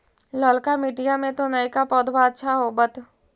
ललका मिटीया मे तो नयका पौधबा अच्छा होबत?